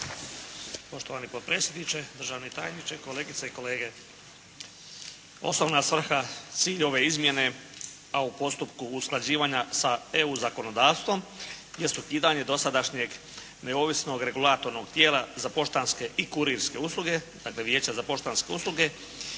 Poštovani potpredsjedniče, državni tajniče, kolegice i kolege. Osnovna svrha, cilj ove izmjene a u postupku usklađivanja sa EU zakonodavstvom jesu i kidanje dosadašnjeg neovisnog regulatornog tijela za poštanske i kurirske usluge,